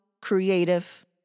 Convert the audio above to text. creative